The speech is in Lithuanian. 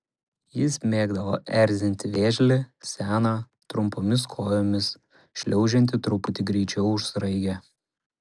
jis mėgdavo erzinti vėžlį seną trumpomis kojomis šliaužiantį truputį greičiau už sraigę